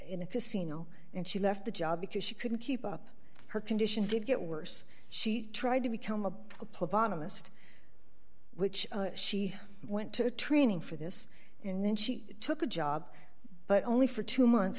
in a casino and she left the job because she couldn't keep up her condition did get worse she tried to become a polygamist which she went to training for this and then she took a job but only for two months